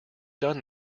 done